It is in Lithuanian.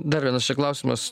dar vienas čia klausimas